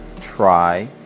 try